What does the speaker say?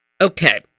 okay